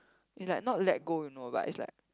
is like not let go you know but is like